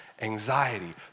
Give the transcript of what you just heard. anxiety